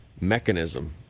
mechanism